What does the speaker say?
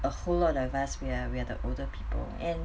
a whole lot of us we're we're the older people and